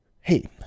Hey